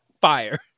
fire